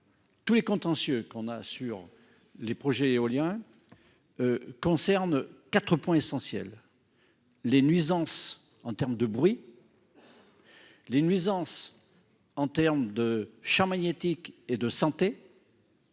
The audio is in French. tous les contentieux sur les projets éoliens portent sur quatre points essentiels : les nuisances en termes de bruit, les nuisances en termes de champs magnétiques et de santé-